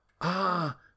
Ah